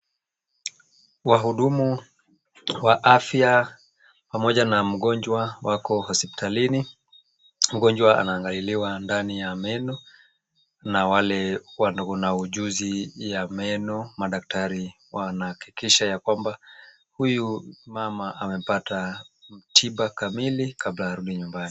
Wahudumu wa afya, pamoja na mgonjwa wako hospitalini. Mgonjwa anaangaliliwa ndani ya meno na wale walio na ujuzi ya meno. Madaktari wanahakikisha ya kwamba huyu mama amepata tiba kamili kabla arudi nyumbani.